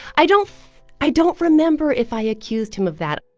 i don't i don't remember if i accused him of that.